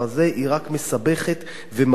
היא רק מסבכת ומקשה,